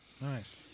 Nice